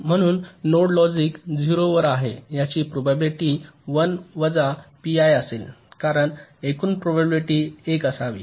म्हणून node logic 0 वर आहे याची प्रोबॅबिलिटी 1 वजा पीआय असेल कारण एकूण प्रोबॅबिलिटी 1 असावी